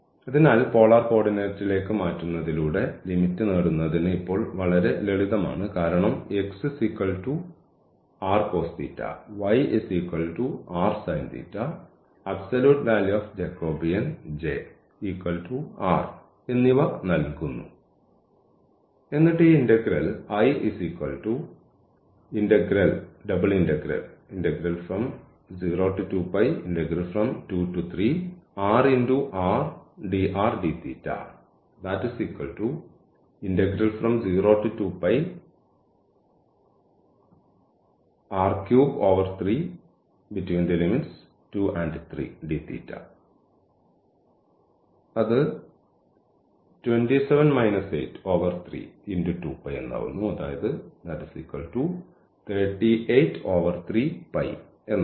അതിനാൽ പോളാർ കോർഡിനേറ്റിലേക്ക് മാറ്റുന്നതിലൂടെ ലിമിറ്റ് നേടുന്നതിന് ഇപ്പോൾ വളരെ ലളിതമാണ് കാരണം എന്നിവ നൽകുന്നു എന്നിട്ട് ഈ ഇന്റഗ്രൽ എന്നാകുന്നു